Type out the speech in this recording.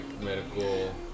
medical